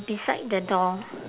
beside the door